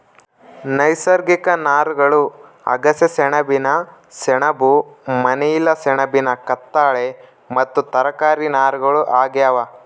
ನೈಸರ್ಗಿಕ ನಾರುಗಳು ಅಗಸೆ ಸೆಣಬಿನ ಸೆಣಬು ಮನಿಲಾ ಸೆಣಬಿನ ಕತ್ತಾಳೆ ಮತ್ತು ತರಕಾರಿ ನಾರುಗಳು ಆಗ್ಯಾವ